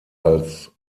als